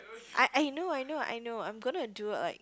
I I know I know I know I'm gonna do like